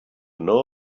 know